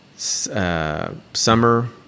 Summer